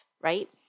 right